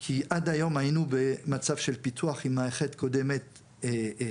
כי עד היום היינו במצב של פיתוח עם מערכת קודמת פועלת.